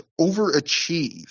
overachieve